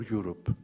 Europe